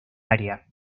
área